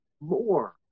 more